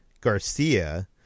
Garcia